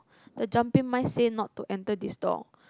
the jumping mice say not to enter this door